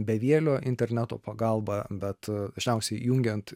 bevielio interneto pagalba bet dažniausiai jungiant